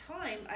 time